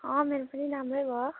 अँ मेरो पनि राम्रै भयो